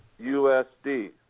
USD